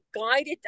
guided